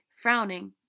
frowning